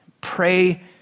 Pray